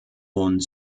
und